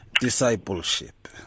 discipleship